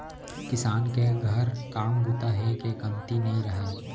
किसान के घर काम बूता हे के कमती नइ रहय